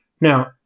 Now